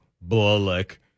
Bullock